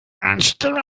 anstelle